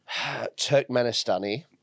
Turkmenistani